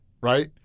right